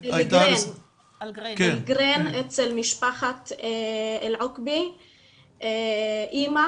אלגראין, אצל משפחת אל עוקבי, אמא